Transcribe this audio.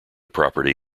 property